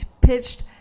pitched